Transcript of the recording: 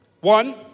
One